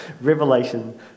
revelation